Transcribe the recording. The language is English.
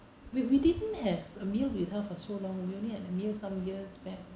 we we didn't have a meal with her for so long we only had a meal some years back